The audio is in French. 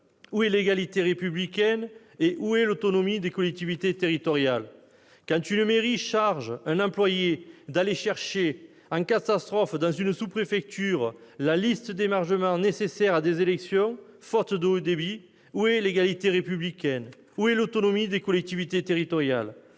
où est l'égalité républicaine et où est l'autonomie des collectivités territoriales ? Quand une mairie charge un employé d'aller chercher en catastrophe dans une sous-préfecture la liste d'émargement nécessaire à des élections faute de haut débit, où est l'égalité républicaine, où est l'autonomie des collectivités territoriales ?